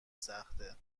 سخته